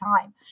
time